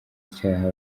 icyaha